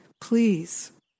please